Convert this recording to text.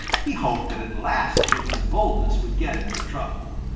he hoped that at last jimmy's boldness would get him into trouble.